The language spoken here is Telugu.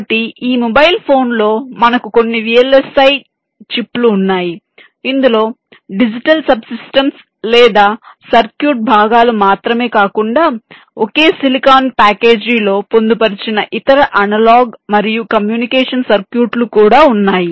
కాబట్టి ఈ మొబైల్ ఫోన్లో మనకు కొన్ని VLSI చిప్ లు వున్నాయి ఇందులో డిజిటల్ సబ్ సిస్టమ్స్ లేదా సర్క్యూట్ భాగాలు మాత్రమే కాకుండా ఒకే సిలికాన్ ప్యాకేజీలో పొందుపరిచిన ఇతర అనలాగ్ మరియు కమ్యూనికేషన్ సర్క్యూట్లు కూడా ఉన్నాయి